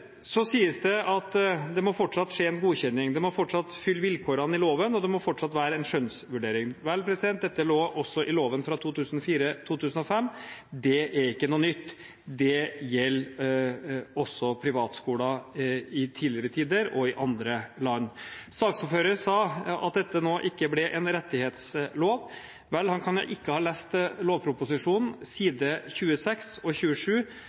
Så sies det at det må fortsatt skje en godkjenning, det må fortsatt fylle vilkårene i loven, og det må fortsatt være en skjønnsvurdering. Vel, dette lå også i loven fra 2004/2005. Det er ikke noe nytt, det gjelder også privatskoler i tidligere tider og i andre land. Saksordføreren sa at dette nå ikke ble en rettighetslov. Vel, han kan ikke ha lest lovproposisjonen side 26 og 27.